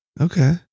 Okay